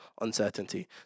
uncertainty